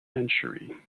century